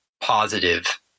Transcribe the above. positive